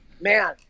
man